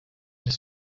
his